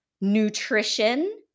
nutrition